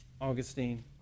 Augustine